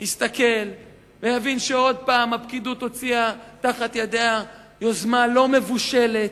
יסתכל ויבין שעוד פעם הפקידות הוציאה מתחת ידיה יוזמה לא מבושלת,